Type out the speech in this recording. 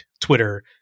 Twitter